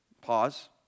Pause